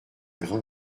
grain